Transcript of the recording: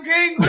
King